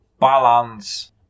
balance